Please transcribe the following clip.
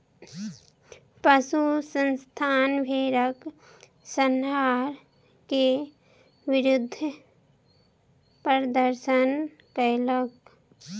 पशु संस्थान भेड़क संहार के विरुद्ध प्रदर्शन कयलक